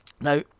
now